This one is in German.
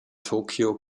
tokio